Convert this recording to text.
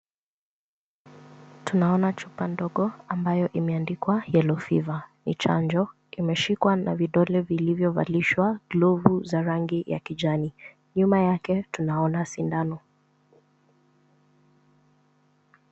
Tunaona chupa ndogo ambayo imeandikwa Yellow Fever . Ni chanjo, imeshikwa na vidole vilivyovalishwa glovu za rangi ya kijani. Nyuma yake, tunaona sindano.